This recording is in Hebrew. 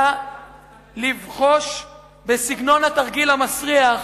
היה לבחוש בסגנון התרגיל המסריח,